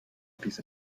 piece